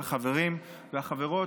על החברים והחברות,